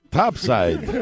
topside